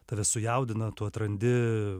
tave sujaudina tu atrandi